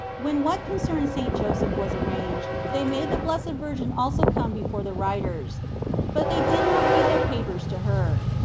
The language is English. when what concerned st. joseph was arranged they made the blessed virgin also come before the writers but they did not read their papers to her.